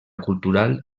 cultural